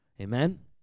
Amen